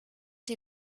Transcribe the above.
die